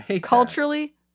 culturally